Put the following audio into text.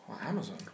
Amazon